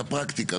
את הפרקטיקה.